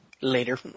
later